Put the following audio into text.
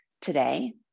today